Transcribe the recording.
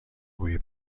بوی